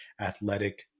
athletic